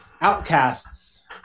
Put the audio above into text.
outcasts